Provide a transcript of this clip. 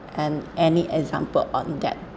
and any example on that